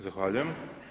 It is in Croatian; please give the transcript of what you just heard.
Zahvaljujem.